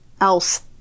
else